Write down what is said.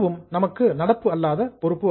அதுவும் நமக்கு நடப்பு அல்லாத பொறுப்பு ஆகும்